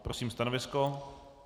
Prosím stanovisko.